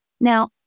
Now